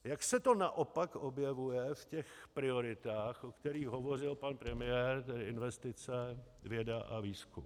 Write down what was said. Jak se to naopak objevuje v těch prioritách, o kterých hovořil pan premiér, tedy investice, věda a výzkum.